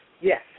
Yes